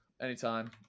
Anytime